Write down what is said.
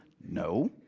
No